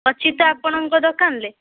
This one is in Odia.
ଅଛି ତ ଆପଣଙ୍କ ଦୋକାନରେ